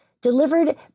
delivered